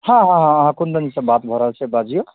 हँ हँ हँ हँ कुन्दन जी से बात भऽ रहल छै बाजिऔ